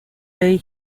day